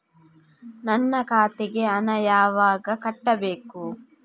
ನನ್ನ ಖಾತೆಗೆ ಹಣ ಯಾವಾಗ ಕಟ್ಟಬೇಕು?